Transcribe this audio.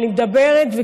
אני מדברת,